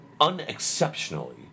unexceptionally